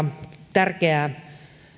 tärkeää